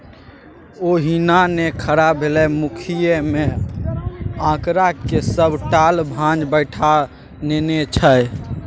ओहिना नै खड़ा भेलै मुखिय मे आंकड़ाक सभ ताल भांज बैठा नेने छल